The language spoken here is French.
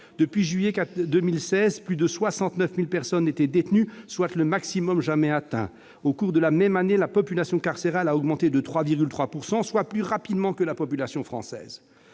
de juillet 2016, plus de 69 000 personnes étaient détenues, soit le maximum jamais atteint. Au cours de la même année, la population carcérale a augmenté de 3,3 %, soit plus rapidement que la population française.